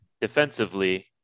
Defensively